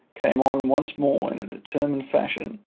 came on once more in a determined fashion,